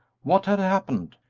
what had happened?